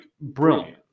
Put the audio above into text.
brilliant